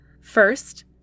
First